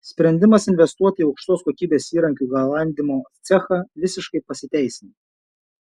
sprendimas investuoti į aukštos kokybės įrankių galandimo cechą visiškai pasiteisino